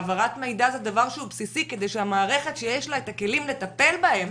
העברת מידע זה דבר שהוא בסיסי כדי שהמערכת שיש לה את הכלים לטפל בהם,